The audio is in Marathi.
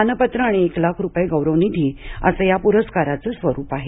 मानपत्र आणि एक लाख रुपये गौरवनिधी असं या पुरस्काराचं स्वरूप आहे